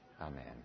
Amen